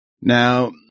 Now